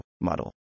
model